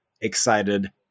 excited